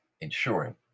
ensuring